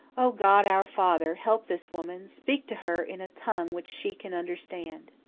o, god, our father! help this woman. speak to her in a tongue which she can understand.